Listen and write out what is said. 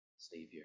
Savior